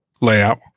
layout